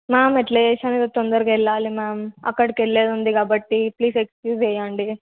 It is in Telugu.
మ్యామ్ ఎలా చేసైనా ఈరోజు తొందరగా వెళ్ళాలి మ్యామ్ అక్కడికెళ్ళేదుంది కాబట్టి ప్లీజ్ ఎక్స్క్యూజ్ చెయ్యండి